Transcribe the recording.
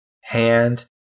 hand